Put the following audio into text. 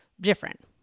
different